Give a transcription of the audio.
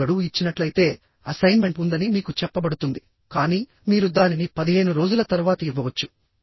మీకు గడువు ఇచ్చినట్లయితే అసైన్మెంట్ ఉందని మీకు చెప్పబడుతుంది కానీ మీరు దానిని 15 రోజుల తర్వాత ఇవ్వవచ్చు